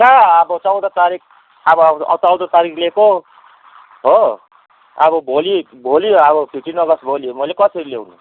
कहाँ अब चौध तारिक अब अ चौध तारिक लिएको हो अब भोलि भोलि अब फिफ्टिन अगस्त भोलि मैले कसरी ल्याउनु